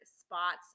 spots